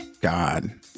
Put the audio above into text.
God